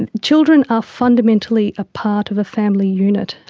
and children are fundamentally a part of a family unit,